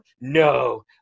No